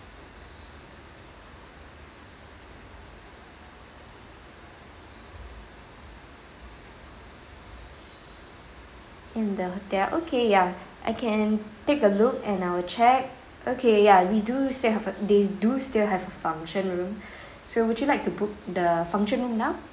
in the hotel okay ya I can take a look and I will check okay ya we do still have a they do still have a function room so would you like to book the function room now